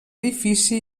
edifici